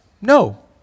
No